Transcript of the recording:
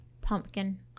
Pumpkin